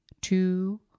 two